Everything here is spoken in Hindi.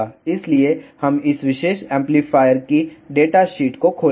इसलिए हम इस विशेष एम्पलीफायर की डेटा शीट को खोलेंगे